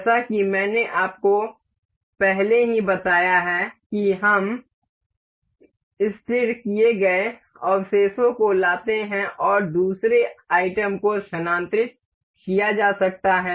जैसा कि मैंने आपको पहले ही बताया है कि हम तय किए गए अवशेषों को लाते हैं और दूसरे आइटम को स्थानांतरित किया जा सकता है